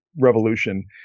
revolution